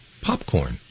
popcorn